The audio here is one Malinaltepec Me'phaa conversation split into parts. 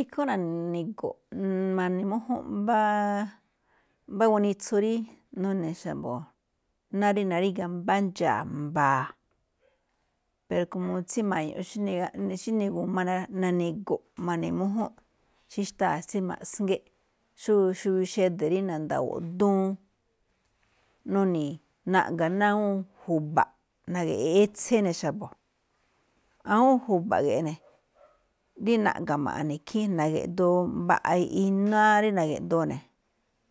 Ikhúúnꞌ na̱ni̱gu̱ꞌ ma̱ne̱ mújúnꞌ mbá mbá guanitsu rí nune̱ xa̱bo̱ ná rí naríga̱ mbá ndxa̱a̱ mba̱a̱, pero tsíma̱ñuꞌ xíne gu̱ma má ne̱ rá. Na̱ni̱gu̱ꞌ ma̱ne̱ mújúnꞌ, xí xtáa tsí maꞌsngéꞌ, xó xubiuu xede̱ rí na̱nda̱wooꞌ duun, nuni̱i̱ naꞌga̱ ná awúun ju̱ba̱ꞌ na̱ge̱ꞌ etse ene̱ xa̱bo̱. Awúun ju̱ba̱ꞌ ige̱ꞌe̱ ne̱ rí naꞌga̱ ma̱ꞌa̱n ikhín, na̱geꞌdoo mbaꞌa iná rí na̱geꞌdoo ne̱.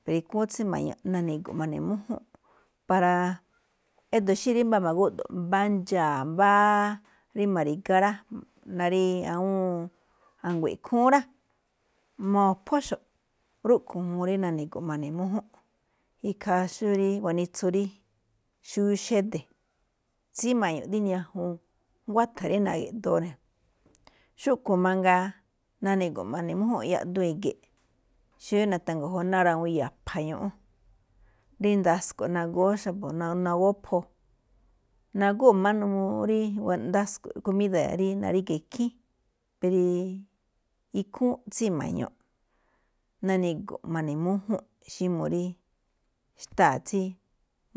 Pero ikhúúnꞌ tsíma̱ñuꞌ, na̱ni̱gu̱ꞌ ma̱ne̱ mújúnꞌ para e̱do̱ xí rí ma̱gúꞌdo̱ꞌ mbá mdxa̱a̱ mbá rí ma̱ri̱gá ná rí awúun, a̱ngui̱nꞌ ikhúún rá, mo̱phóxo̱ꞌ rúꞌkhue̱n juun rí na̱ni̱gu̱ꞌ ma̱ꞌne̱ mújúnꞌ. Ikhaa xó guanitsu rí xubiuu xede̱, tsíma̱ñuꞌ dí ñajuun, nguátha̱ rí na̱geꞌdoo ne̱. Xúꞌkhue̱n mangaa na̱ni̱gu̱ꞌ ma̱ne̱ mújúnꞌ yaꞌduun i̱gi̱ꞌ, xó rí nithan gojo̱o̱ ná rawuun iya a̱pha̱ ñúꞌún rí ndasko̱ꞌ nagóó xa̱bo̱ nagópho̱, nagóo̱ jma̱á n uu rí ndasko̱ꞌ komída̱ rí ríga̱ ikhín. ikhúúnꞌ tsíma̱ñuꞌ, na̱ni̱gu̱ꞌ ma̱ne mújúnꞌ xí n uu rí xtáa tsí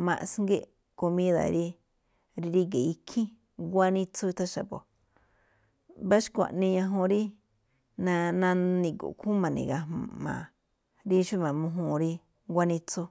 maꞌsngéꞌ, komída̱ rí ríga̱ ikhín, guanitsu ithan xa̱bo̱. Mbá xkuaꞌnii ñajuun rí na̱ni̱gu̱ꞌ ikhúúnꞌ ma̱ne̱ gajma̱a̱ rí xó i̱gu̱ma múj́uun rí guanitsu.